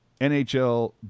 NHL